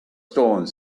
stone